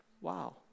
wow